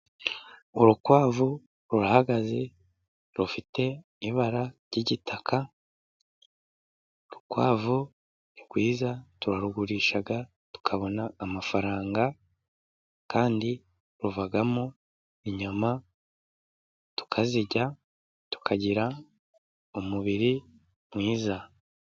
Urukwavu rurahagaze, rufite ibara ry'igitaka, ukwavu ni rwiza, turarugurisha tukabona amafaranga, kandi ruvamo inyama tukazirya, tukagira umubiri mwiza.